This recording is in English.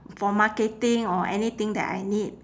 for marketing or anything that I need